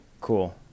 cool